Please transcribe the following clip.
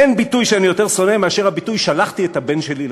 אין ביטוי שאני יותר שונא מאשר הביטוי "שלחתי את הבן שלי לצבא".